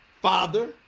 Father